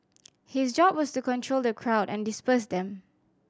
his job was to control the crowd and disperse them